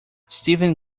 stephen